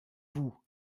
vous